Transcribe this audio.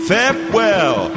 Farewell